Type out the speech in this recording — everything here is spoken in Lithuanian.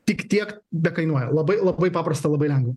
tik tiek bekainuoja labai labai paprasta labai lengva